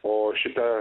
o šita